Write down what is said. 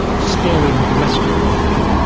sparing the rest of the body,